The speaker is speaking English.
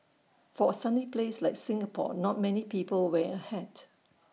for A sunny place like Singapore not many people wear A hat